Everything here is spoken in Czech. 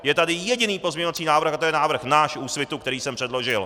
Je tady jediný pozměňovací návrh a to je návrh náš, Úsvitu, který jsem předložil.